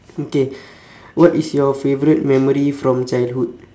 okay what is your favourite memory from childhood